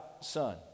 son